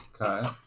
Okay